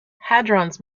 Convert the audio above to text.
hadrons